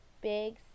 big